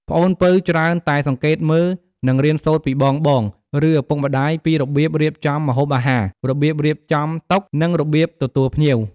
ប្អូនពៅច្រើនតែសង្កេតមើល និងរៀនសូត្រពីបងៗ ឬឪពុកម្ដាយពីរបៀបរៀបចំម្ហូបអាហារ របៀបរៀបចំតុ និងរបៀបទទួលភ្ញៀវ។